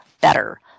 better